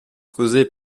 causés